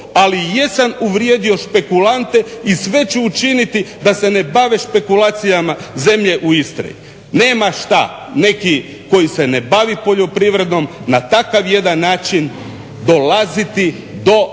ali jesam uvrijedio špekulante i sve ću učiniti da se ne bave špekulacijama zemlje u Istri. Nema šta neki koji se ne bavi poljoprivredom na takav jedan način dolaziti do